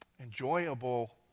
enjoyable